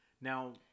Now